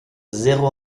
zéro